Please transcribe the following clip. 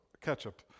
ketchup